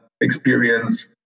experience